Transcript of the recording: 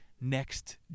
Next